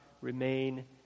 remain